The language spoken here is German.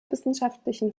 wissenschaftlichen